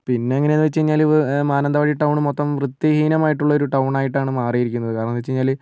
പിന്നെ എങ്ങനെയെന്ന് വെച്ചുകഴിഞ്ഞാൽ ഇപ്പം മാനന്തവാടി ടൗൺ മൊത്തം വൃത്തിഹീനമായിട്ടുള്ള ഒരു ടൗൺ ആയിട്ടാണ് മാറിയിരിക്കുന്നത് കാരണം എന്ന് വെച്ചുകഴിഞ്ഞാൽ